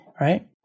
right